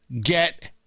get